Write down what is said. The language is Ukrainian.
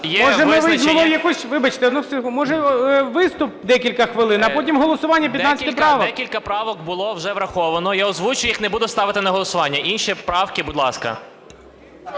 секунду. Може, виступ декілька хвилин, а потім голосування 15 правок? ЛОЗИНСЬКИЙ Р.М. Декілька правок було вже враховано. Я озвучу їх, не буду ставити на голосування. Інші правки – будь ласка.